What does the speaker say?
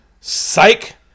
psych